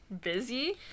busy